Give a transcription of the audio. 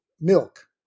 milk